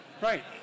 Right